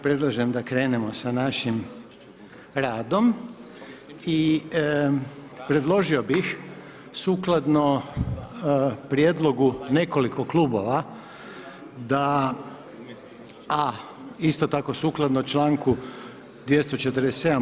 Predlažem da krenemo sa našim radom i predložio bih sukladno prijedlogu nekoliko klubova da, a isto tako sukladno čl. 247.